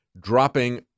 dropping